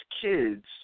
kids